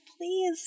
please